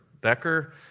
Becker